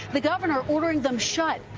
the governor ordering them shut.